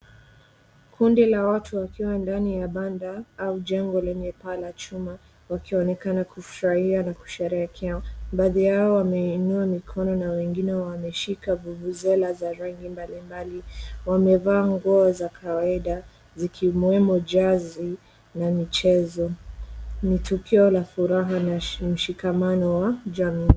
Kundi la watu wakiwa ndani ya banda au jengo lenye paa la chuma wakionekana kufurahia na kusherehekea. Baadhi yao wameinua mikono na wengine wameshika bubuzela za rangi mbalimbali. Wamevaa nguo za kawaida zikiwemo jazi na michezo .Ni tukio la furaha na mshikamano wa jamii.